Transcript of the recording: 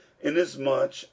inasmuch